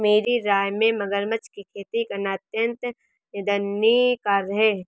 मेरी राय में मगरमच्छ की खेती करना अत्यंत निंदनीय कार्य है